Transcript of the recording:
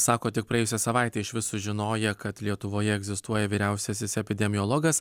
sako tik praėjusią savaitę išvis sužinoję kad lietuvoje egzistuoja vyriausiasis epidemiologas